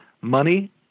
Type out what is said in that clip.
money